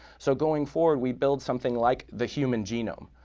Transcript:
so going forward, we build something like the human genome,